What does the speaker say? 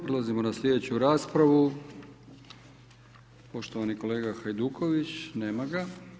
Prelazimo na slijedeću raspravu, poštovani kolega Hajduković, nema ga.